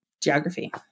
geography